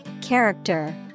character